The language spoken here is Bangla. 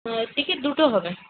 হু টিকিট দুটো হবে